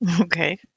Okay